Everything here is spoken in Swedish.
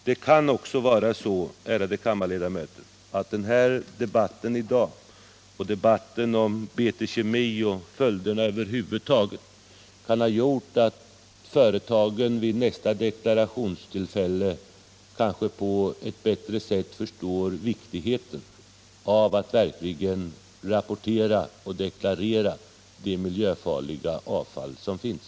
Det kan också vara så, ärade kammarledamöter, att den här debatten i dag, liksom debatten om BT Kemi över huvud taget, kan medföra att företagen vid nästa deklarationstillfälle bättre förstår vikten av att verkligen rapportera och deklarera det miljöfarliga avfall som finns.